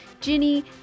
Ginny